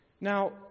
now